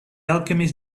alchemist